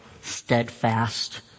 steadfast